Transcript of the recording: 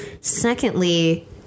Secondly